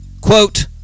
quote